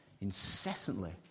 incessantly